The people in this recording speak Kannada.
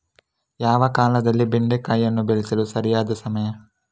ಯಾವ ಕಾಲದಲ್ಲಿ ಬೆಂಡೆಕಾಯಿಯನ್ನು ಬೆಳೆಸಲು ಸರಿಯಾದ ಸಮಯ?